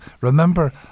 remember